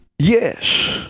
Yes